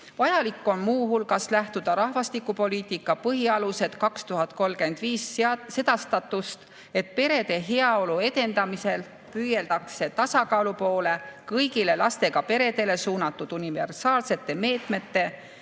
vajalik mh lähtuda Rahvastikupoliitika põhialused 2035 sedastatust, et perede heaolu edendamisel püüeldakse tasakaalu poole kõigile lastega peredele suunatud universaalsete meetmete